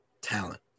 talent